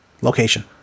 location